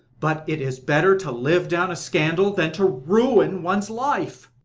but it is better to live down a scandal than to ruin one's life.